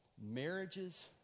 Marriages